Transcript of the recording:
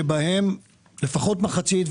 שבהן לפחות מחצית,